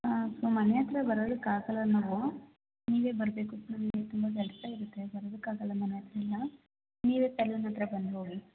ಹಾಂ ಸೊ ಮನೆ ಹತ್ರ ಬರೋದಕ್ಕೆ ಆಗಲ್ಲ ನಾವು ನೀವೇ ಬರಬೇಕು ಸರ್ ನಮ್ಗ ತುಂಬ ಕೆಲಸ ಇರುತ್ತೆ ಬರೊದಕ್ಕೆ ಆಗಲ್ಲ ಮನೆ ಹತ್ರ ಎಲ್ಲ ನೀವೇ ಸಲೂನ್ ಹತ್ರ ಬಂದು ಹೋಗಿ